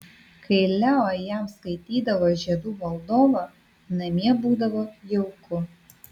kai leo jam skaitydavo žiedų valdovą namie būdavo jauku